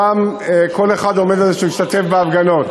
שם כל אחד עומד על זה שהוא ישתתף בהפגנות.